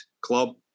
club